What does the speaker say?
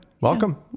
welcome